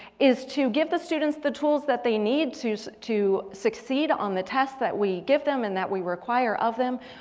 is to give the students the tools that they need to to succeed on the tests that we give them and that require of them.